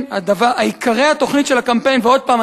עיקרי התוכנית של הקמפיין" ועוד פעם,